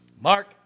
Mark